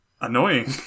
annoying